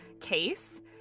case